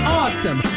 awesome